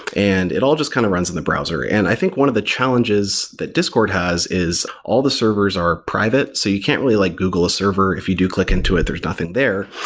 and it all just kind of runs in the browser. and i think one of the challenges that discord has is all the servers are private. so you can't really like google a server. if you do click into it, there's nothing there.